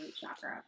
chakra